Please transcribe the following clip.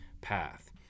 path